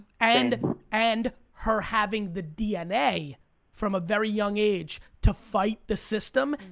and and her having the dna from a very young age to fight the system,